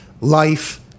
life